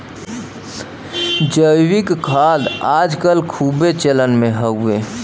जैविक खाद आज कल खूबे चलन मे हउवे